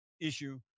issue